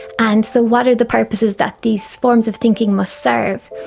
and so what are the purposes that these forms of thinking must serve.